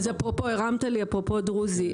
אפרופו דרוזי.